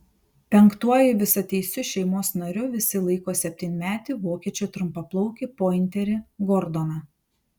penktuoju visateisiu šeimos nariu visi laiko septynmetį vokiečių trumpaplaukį pointerį gordoną